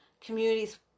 communities